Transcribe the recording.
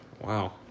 Wow